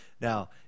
Now